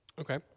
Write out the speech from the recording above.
Okay